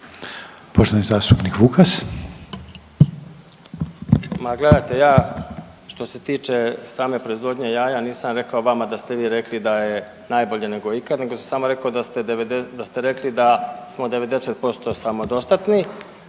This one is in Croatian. Poštovani zastupnik Vukas.